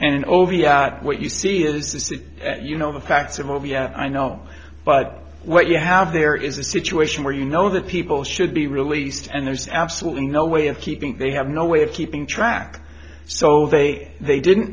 and over what you see is that you know the facts of oh yeah i know but what you have there is a situation where you know that people should be released and there's absolutely no way of keeping they have no way of keeping track so they they didn't